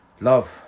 love